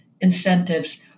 incentives